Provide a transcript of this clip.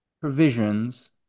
provisions